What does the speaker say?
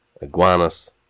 Iguanas